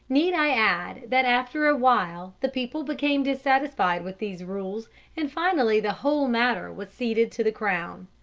need i add that after a while the people became dissatisfied with these rules and finally the whole matter was ceded to the crown?